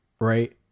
right